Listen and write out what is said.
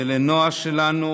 ולנועה שלנו,